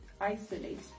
isolate